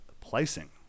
placing